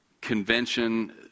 convention